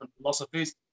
philosophies